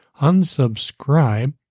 unsubscribe